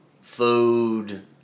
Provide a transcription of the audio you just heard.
food